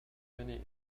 many